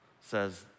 says